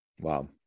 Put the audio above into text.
Wow